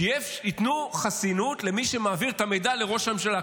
שייתנו חסינות למי שמעביר את המידע לראש הממשלה,